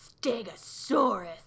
stegosaurus